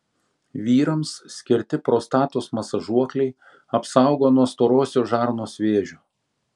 vyrams skirti prostatos masažuokliai apsaugo nuo storosios žarnos vėžio